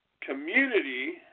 community